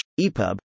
EPUB